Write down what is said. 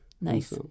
Nice